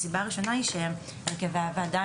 הסיבה הראשונה היא שהרכבי הוועדה